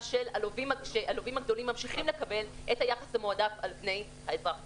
שהלווים הגדולים ממשיכים לקבל את היחס המועדף על פני האזרח הקטן.